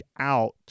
out